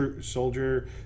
soldier